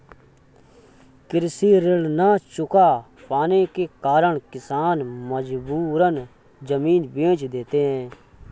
कृषि ऋण न चुका पाने के कारण किसान मजबूरन जमीन बेच देते हैं